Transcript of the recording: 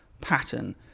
pattern